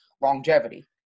longevity